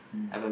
mm